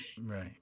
right